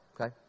okay